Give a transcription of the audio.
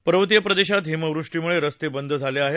पर्वतीय प्रदेशात हिमवृष्टीमुळे रस्ते बंद झाले आहेत